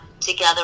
together